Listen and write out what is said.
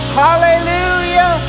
hallelujah